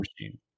machine